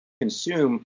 consume